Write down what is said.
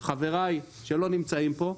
חבריי, שלא נמצאים פה,